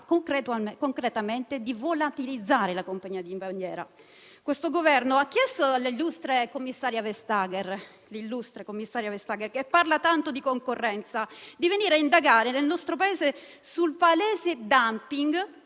concretamente di volatilizzare la compagnia di bandiera. Questo Governo ha chiesto all'illustre commissaria Vestager, che parla tanto di concorrenza, di venire a indagare nel nostro Paese sul palese *dumping*